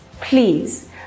please